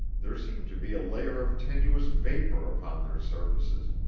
there seemed to be a layer of tenuous vapor upon their surfaces,